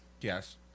yes